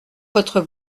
votre